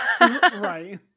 Right